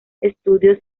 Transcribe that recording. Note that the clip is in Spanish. estudios